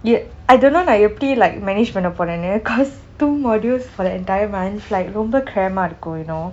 ya I don't know like எப்படி:eppadi like manage பன்ன போறேன்:panna poren cause two modules for the entire month like ரோம்ப:romba cram ஆக இருக்கும்:aaka irukkum you know